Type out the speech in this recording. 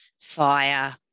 fire